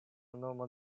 nomon